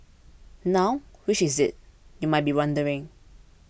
now which is it you might be wondering